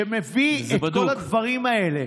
שמביא את כל הדברים האלה,